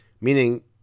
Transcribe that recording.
meaning